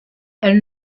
elle